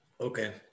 Okay